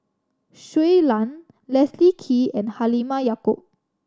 Shui Lan Leslie Kee and Halimah Yacob